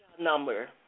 number